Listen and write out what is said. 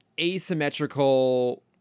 asymmetrical